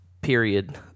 period